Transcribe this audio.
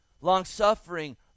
long-suffering